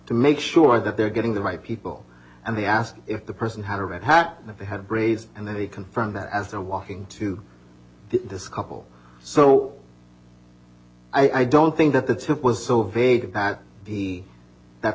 to make sure that they're getting the right people and they asked if the person had a red hat if they had braids and they confirmed that as they're walking to this couple so i don't think that the tip was so vague that the that